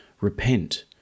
Repent